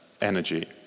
energy